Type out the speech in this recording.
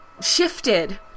shifted